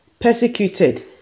Persecuted